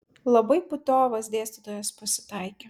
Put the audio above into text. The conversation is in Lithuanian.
labai putiovas dėstytojas pasitaikė